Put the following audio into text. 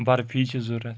بَرفی چھِ ضروٗرَت